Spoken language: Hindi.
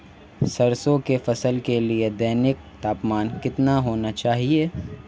सरसों की फसल के लिए दैनिक तापमान कितना होना चाहिए?